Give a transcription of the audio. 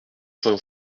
cent